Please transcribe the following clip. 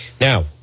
Now